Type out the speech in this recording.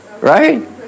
Right